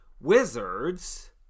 Wizards